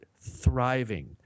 thriving